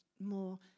More